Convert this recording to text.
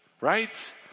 Right